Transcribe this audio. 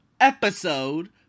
episode